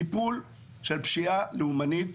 טיפול של פשיעה לאומנית